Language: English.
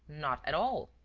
not at all.